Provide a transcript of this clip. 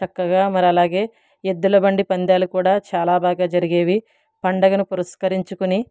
చక్కగా మరి అలాగే ఎద్దులబండి పందాలు కూడా చాలా బాగా జరిగేవి పండుగను పురస్కరించుకుని